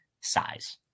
size